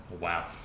Wow